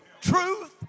truth